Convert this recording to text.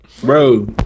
Bro